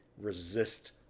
resist